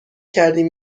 کردیم